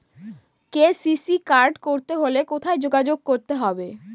KCC card করতে হলে কোথায় যোগাযোগ করতে হবে?